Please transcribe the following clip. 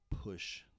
push